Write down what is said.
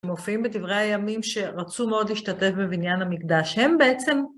מופיעים בדברי הימים שרצו מאוד להשתתף בבניין המקדש, הם בעצם...